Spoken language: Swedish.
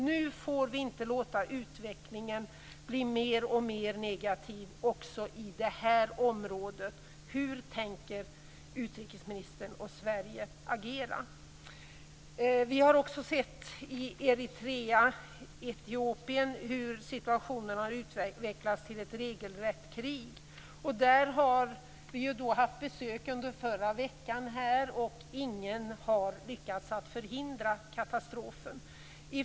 Nu får vi inte låta utvecklingen bli mer och mer negativ också i det här området. Hur tänker utrikesministern och Sverige agera? Vi har sett hur situationen i Etiopien och Eritrea har utvecklats till ett regelrätt krig. Under förra veckan hade vi besök därifrån. Ingen har lyckats förhindra katastrofen.